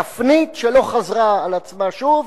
תפנית שלא חזרה על עצמה שוב.